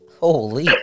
Holy